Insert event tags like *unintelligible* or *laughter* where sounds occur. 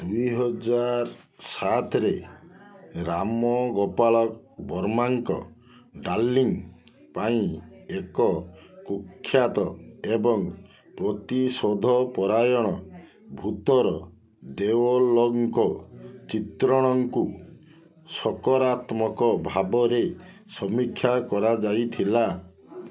ଦୁଇ ହଜାର ସାତରେ ରାମ ଗୋପାଳ ବର୍ମାଙ୍କ ଡାର୍ଲିଙ୍ଗ ପାଇଁ ଏକ କୁଖ୍ୟାତ ଏବଂ ପ୍ରତିଶୋଧ ପରାୟଣ ଭୂତର *unintelligible* ଚିତ୍ରଣଙ୍କୁ ସକାରାତ୍ମକ ଭାବରେ ସମୀକ୍ଷା କରାଯାଇଥିଲା